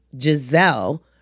Giselle